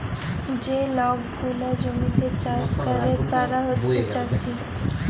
যে লক গুলা জমিতে চাষ ক্যরে তারা হছে চাষী